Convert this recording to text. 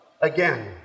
again